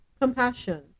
compassion